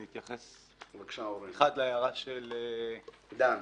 אני אתייחס, אחד, להערה של דן,